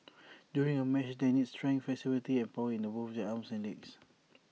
during A match they need strength flexibility and power in both their arms and legs